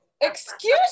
excuse